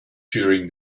during